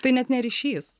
tai net ne ryšys